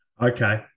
okay